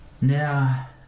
Now